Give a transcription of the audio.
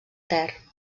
ter